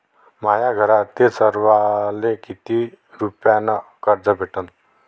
माह्या घरातील सर्वाले किती रुप्यान कर्ज भेटन?